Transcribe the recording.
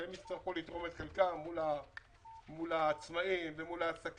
שבהם הם יצטרכו לתרום את חלקם מול העצמאים ומול העסקים,